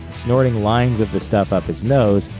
snorting lines of the stuff up his nose,